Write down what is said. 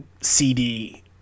CD